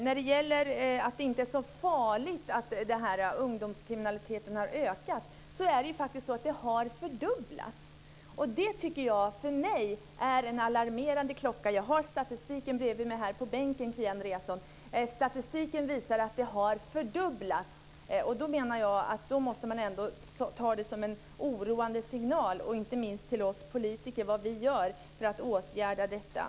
När det gäller att det inte är så farligt att den här ungdomskriminaliteten har ökat vill jag säga att det faktiskt är så att den har fördubblats. Det är en alarmerande klocka för mig. Jag har statistiken bredvid mig här på bänken, Kia Andreasson. Statistiken visar att detta har fördubblats. Då menar jag att man ändå måste ta det som en oroande signal, inte minst till oss politiker, rörande vad vi gör för att åtgärda detta.